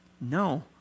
No